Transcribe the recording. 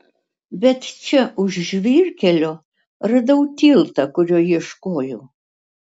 bet čia už žvyrkelio radau tiltą kurio ieškojau